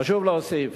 חשוב להוסיף